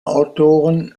autoren